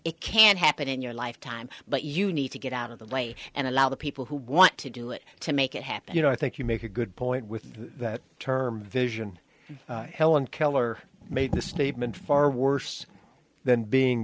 it can't happen in your lifetime but you need to get out of the way and allow the people who want to do it to make it happen you know i think you make a good point with that term vision helen keller made the statement far worse than being